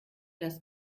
das